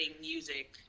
music